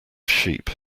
sheep